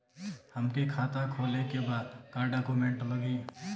हमके खाता खोले के बा का डॉक्यूमेंट लगी?